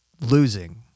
losing